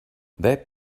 that